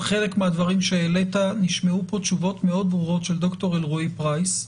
חלק מהדברים שהעלית נשמעו פה תשובות מאוד ברורות של אלרועי פרייס,